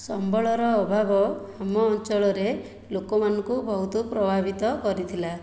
ସମ୍ବଳର ଅଭାବ ଆମ ଅଞ୍ଚଳରେ ଲୋକମାନଙ୍କୁ ବହୁତ ପ୍ରଭାବିତ କରିଥିଲା